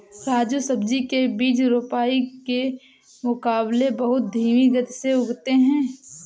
राजू सब्जी के बीज रोपाई के मुकाबले बहुत धीमी गति से उगते हैं